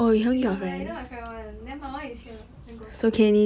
it's not mine it's not my friend [one] my [one] is here and got two